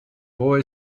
boy